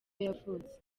yavutse